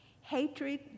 hatred